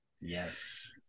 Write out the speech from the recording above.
Yes